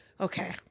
Okay